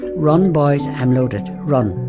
run, boys. i'm loaded. run.